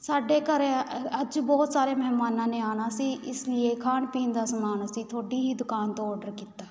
ਸਾਡੇ ਘਰ ਅੱਜ ਬਹੁਤ ਸਾਰੇ ਮਹਿਮਾਨਾਂ ਨੇ ਆਉਣਾ ਸੀ ਇਸ ਲੀਏ ਖਾਣ ਪੀਣ ਦਾ ਸਮਾਨ ਅਸੀਂ ਤੁਹਾਡੀ ਹੀ ਦੁਕਾਨ ਤੋਂ ਓਰਡਰ ਕੀਤਾ